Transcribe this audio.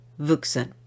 Vuxen